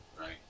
right